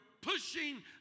pushing